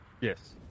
Yes